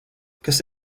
kas